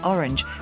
Orange